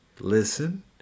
listen